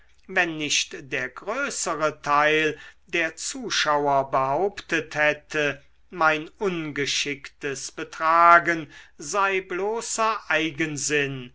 wenn nicht der größere teil der zuschauer behauptet hätte mein ungeschicktes betragen sei bloßer eigensinn